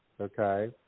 Okay